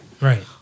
Right